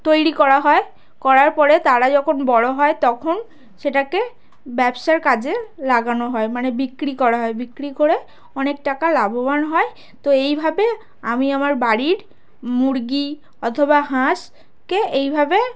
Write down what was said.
তৈরি করা হয় করার পরে তারা যখন বড় হয় তখন সেটাকে ব্যবসার কাজে লাগানো হয় মানে বিক্রি করা হয় বিক্রি করে অনেক টাকা লাভবান হয় তো এইভাবে আমি আমার বাড়ির মুরগি অথবা হাঁসকে এইভাবে